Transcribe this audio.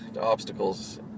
obstacles